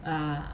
ah